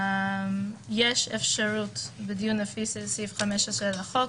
יש אפשרות בדיון לפי סעיף 15 לחוק,